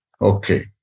Okay